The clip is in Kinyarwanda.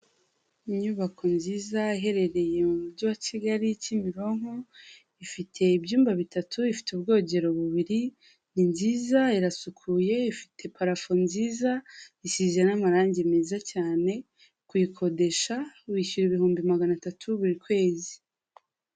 Inyubako nziza iherereye mu Mujyi wa Kigali Kimironko, ifite ibyumba bitatu, ifite ubwogero bubiri, ni nziza irasukuye ifite parafo nziza isize n'amarangi meza cyane, kuyikodesha wishyura ibihumbi magana atatu buri kwezi.